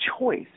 choice